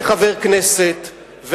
כחבר כנסת,